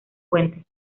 puentes